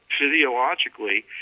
physiologically